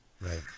Right